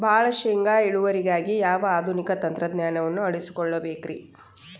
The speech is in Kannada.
ಭಾಳ ಶೇಂಗಾ ಇಳುವರಿಗಾಗಿ ಯಾವ ಆಧುನಿಕ ತಂತ್ರಜ್ಞಾನವನ್ನ ಅಳವಡಿಸಿಕೊಳ್ಳಬೇಕರೇ?